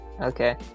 Okay